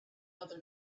other